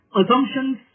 assumptions